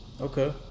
Okay